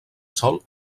sòl